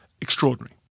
extraordinary